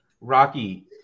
Rocky